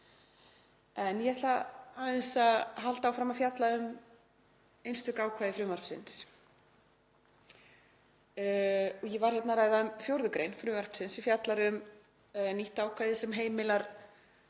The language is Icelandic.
En ég ætla aðeins að halda áfram að fjalla um einstök ákvæði frumvarpsins. Ég var að ræða um 4. gr. frumvarpsins sem fjallar um nýtt ákvæði sem heimilar